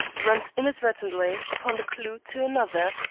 runs inadvertently upon the clue to another.